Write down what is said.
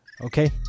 okay